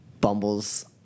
Bumble's